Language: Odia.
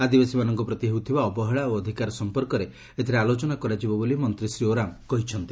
ଆଦିବାସୀମାନଙ୍କ ପ୍ରତି ହେଉଥିବା ଅବହେଳା ଓ ଅଧିକାର ସମ୍ମର୍କରେ ଏଥିରେ ଆଲୋଚନା କରାଯିବ ବୋଲି ମନ୍ତ୍ରୀ ଶ୍ରୀ ଓରାମ୍ କହିଛନ୍ତି